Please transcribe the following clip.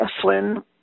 Flynn